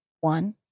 one